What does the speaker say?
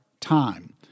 time